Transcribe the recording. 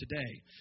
today